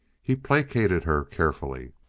he placated her carefully.